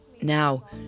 Now